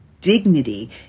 dignity